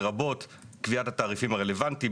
לרבות קביעת התעריפים הרלוונטיים,